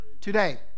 today